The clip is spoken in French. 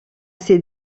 ses